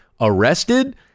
arrested